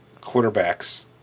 quarterbacks